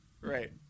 Right